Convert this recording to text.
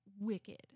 wicked